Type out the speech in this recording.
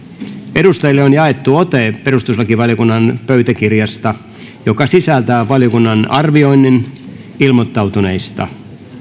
edustajille on jaettu ote perustuslakivaliokunnan pöytäkirjasta joka sisältää valiokunnan arvioinnin ilmoittautuneista